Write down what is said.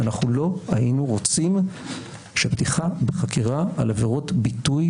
אנחנו לא היינו רוצים שפתיחה בחקירה על עבירות ביטוי,